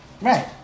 Right